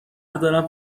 دارم